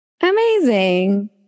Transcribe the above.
Amazing